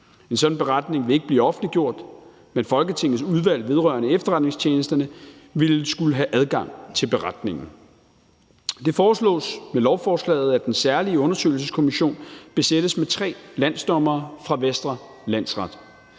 En sådan beretning vil ikke blive offentliggjort, men Folketingets Udvalg vedrørende Efterretningstjenesterne vil skulle have adgang til beretningen. Det foreslås med lovforslaget, at den særlige undersøgelseskommission besættes med tre landsdommere fra Vestre Landsret.